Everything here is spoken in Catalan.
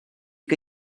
que